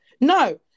no